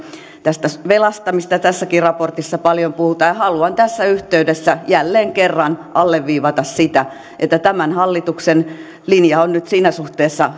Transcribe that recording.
tästä velasta mistä tässäkin raportissa paljon puhutaan ja haluan tässä yhteydessä jälleen kerran alleviivata sitä että tämän hallituksen linja on nyt siinä suhteessa